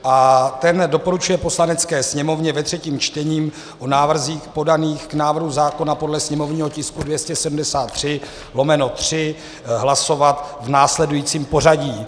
A ten doporučuje Poslanecké sněmovně ve třetím čtení o návrzích podaných k návrhu zákona podle sněmovního tisku 273/3 hlasovat v následujícím pořadí.